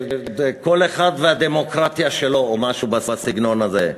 "כל אחד והדמוקרטיה שלו", או משהו בסגנון הזה.